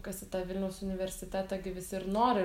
kas į tą vilniaus universitetą gi visi ir nori